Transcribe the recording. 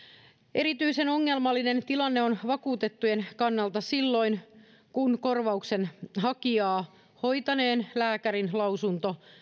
erityisen ongelmallinen tilanne on vakuutettujen kannalta silloin kun korvauksen hakijaa hoitaneen lääkärin lausunto